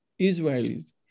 Israelis